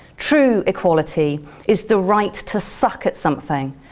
true equality is the right to suck at something,